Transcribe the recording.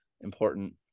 important